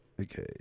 Okay